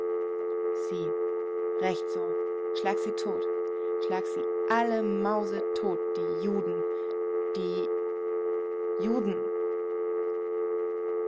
sie recht so schlag sie tot schlag sie alle mausetot die juden die ju